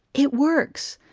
it works.